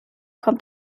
kommt